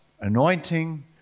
anointing